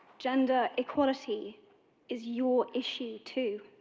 gender equality is your issue too.